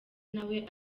nawe